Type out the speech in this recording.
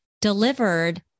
delivered